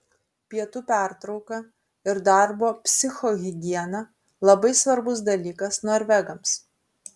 pietų pertrauka ir darbo psichohigiena labai svarbus dalykas norvegams